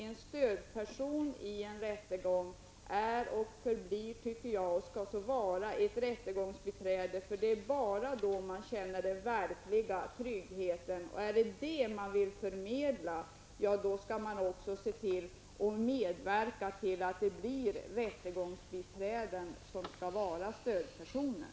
En stödperson vid en rättegång är och förblir -- och skall så vara, tycker jag -- ett rättegångsbiträde, för det är bara då man känner verklig trygghet. Om det är detta man vill förmedla skall man också se till att medverka till att det blir rättegångsbiträden som skall vara stödpersoner.